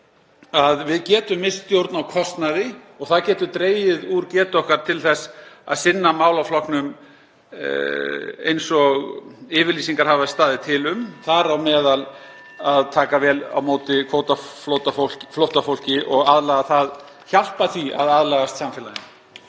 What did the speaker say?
að við getum misst stjórn á kostnaði og það getur dregið úr getu okkar til þess að sinna málaflokknum eins og yfirlýsingar (Forseti hringir.) hafa staðið til um, þar á meðal að taka vel á móti kvótaflóttafólki og hjálpa því að aðlagast samfélaginu.